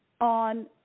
on